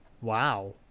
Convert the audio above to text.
Wow